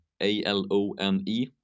A-L-O-N-E